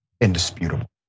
indisputable